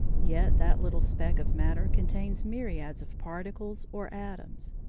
yet that little speck of matter contains myriads of particles or atoms.